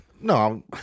No